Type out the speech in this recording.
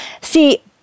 See